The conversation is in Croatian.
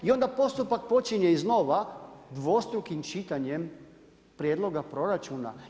I onda postupak počinje iz nova dvostrukim čitanjem prijedloga proračuna.